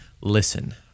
listen